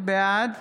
בעד